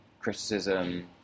criticism